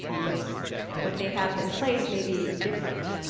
because what they have in place may be different